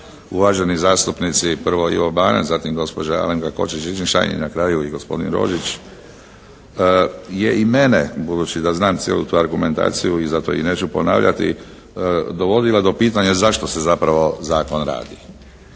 uvaženi zastupnici prvo Ivo Banac, zatim gospođa Alenka Košiša Čičin-Šain na kraju i gospodin Rožić, je i mene budući da znam cijelu tu argumentaciju i zato i neću ponavljati, dovodila do pitanja zašto se zapravo zakon radi?